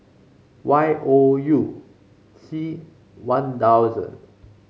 Y O U C One Thousand